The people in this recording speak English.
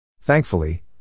Thankfully